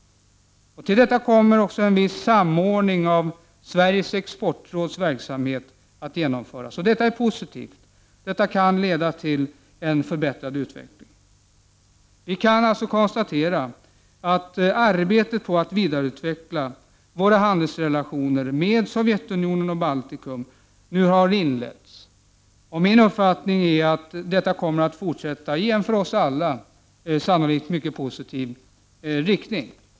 Till detta kommer också viss samordning av Sveriges exportråds verksamhet att genomföras. Detta är positivt. Detta kan leda till en förbättrad utveckling. Vi kan alltså konstatera att arbetet på att vidareutveckla våra handelsrelationer med Sovjetunionen och Baltikum nu har inletts. Min uppfattning är att detta kommer att fortsätta i en för oss alla sannolikt mycket positiv riktning.